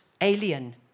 alien